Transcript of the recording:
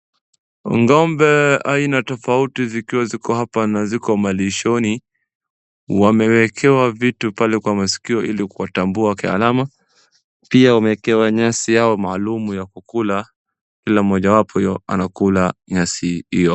Ng'ombe aina tofauti zikiwa ziko hapa na ziko malishoni. Wamewekewa vitu pale kwa masikio ili kuwatambua kialama. Pia wamewekewa nyasi yao maalum ya kula. Kila mmoja wapo anakula nyasi hiyo.